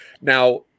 Now